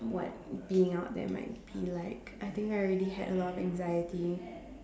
what being out there might be like I think I already had a lot of anxiety